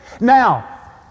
Now